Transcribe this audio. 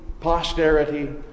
posterity